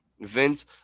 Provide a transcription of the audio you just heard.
Vince